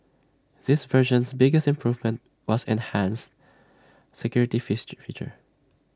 this version's biggest improvement was enhanced security fix feature